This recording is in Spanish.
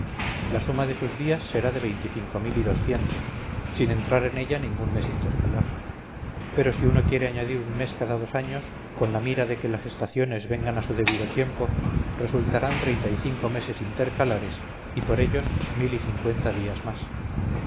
la suma de sus días será de veinticinco mil y doscientos sin entrar en ella ningún mes intercalar pero si uno quiere añadir un mes cada dos años con la mira de que las estaciones vengan a su debido tiempo resultarán treinta y cinco meses intercalares y por ellos mil y cincuenta días más